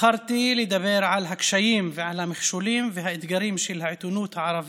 בחרתי לדבר היום על נושא שלמרות החשיבות שלו והשפעתו הרבה